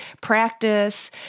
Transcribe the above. practice